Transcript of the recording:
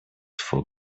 for